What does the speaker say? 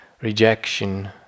rejection